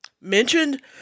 Mentioned